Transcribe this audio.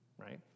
right